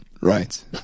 Right